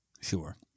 Sure